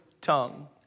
tongue